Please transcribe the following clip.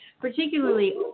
particularly